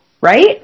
Right